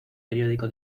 periódico